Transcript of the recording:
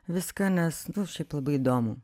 viską nes šiaip labai įdomu